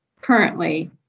currently